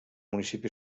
municipi